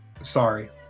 Sorry